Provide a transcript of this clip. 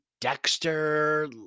Dexter